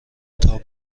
تان